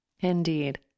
Indeed